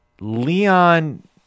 Leon